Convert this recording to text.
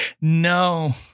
No